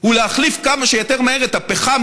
הוא להחליף כמה שיותר מהר את הפחם,